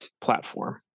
platform